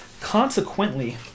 Consequently